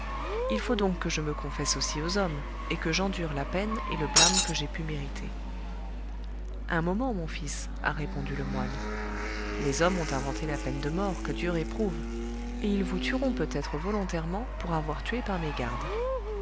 il faut donc que je me confesse aussi aux hommes et que j'endure la peine et le blâme que j'ai pu mériter un moment mon fils a répondu le moine les hommes ont inventé la peine de mort que dieu réprouve et ils vous tueront peut-être volontairement pour avoir tué par mégarde